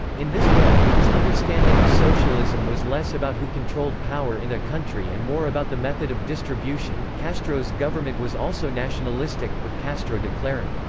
in this way, his understanding of socialism was less about who controlled power in a country and more about the method of distribution castro's government was also nationalistic, with castro declaring,